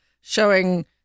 showing